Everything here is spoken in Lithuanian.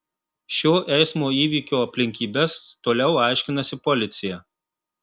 šio eismo įvykio aplinkybes toliau aiškinasi policija